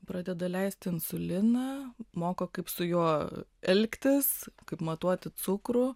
pradeda leisti insuliną moko kaip su juo elgtis kaip matuoti cukrų